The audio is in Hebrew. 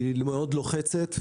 היא מאוד לוחצת,